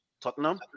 Tottenham